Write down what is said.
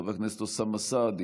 חבר הכנסת אוסאמה סעדי